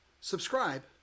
subscribe